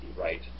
right